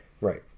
Right